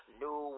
new